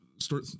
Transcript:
Start